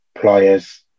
pliers